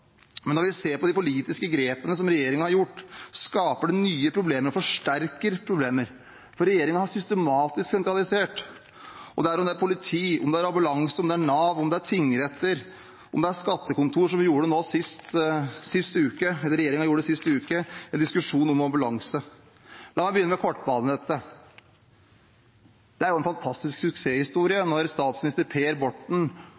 men når vi ser på de politiske grepene som regjeringen har tatt, skaper det nye problemer og forsterker problemer. For regjeringen har systematisk sentralisert – om det er politi, om det er ambulanse, om det er Nav, om det er tingretter, om det er skattekontor, som regjeringen bestemte sist uke. La meg begynne med kortbanenettet. Det er en fantastisk